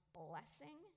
blessing